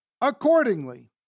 accordingly